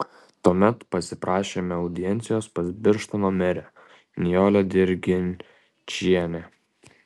tuomet pasiprašėme audiencijos pas birštono merę nijolę dirginčienę